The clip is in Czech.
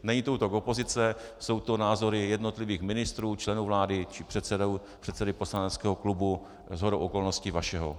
Není to útok opozice, jsou to názory jednotlivých ministrů, členů vlády či předsedy poslaneckého klubu, shodou okolností vašeho.